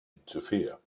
interfere